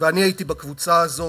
ואני הייתי בקבוצה הזאת,